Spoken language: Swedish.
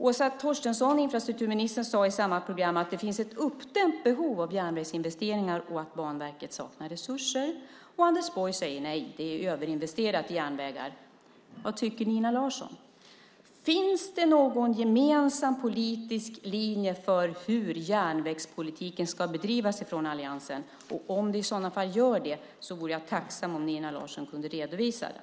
Åsa Torstensson, infrastrukturministern, sade i samma program att det finns ett uppdämt behov av järnvägsinvesteringar och att Banverket saknar resurser. Anders Borg säger: Nej, det är överinvesterat i järnvägar. Vad tycker Nina Larsson? Finns det någon gemensam politisk linje för hur järnvägspolitiken ska bedrivas av alliansen? Om det gör det vore jag tacksam om Nina Larsson kunde redovisa den.